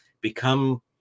become